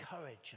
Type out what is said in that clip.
courage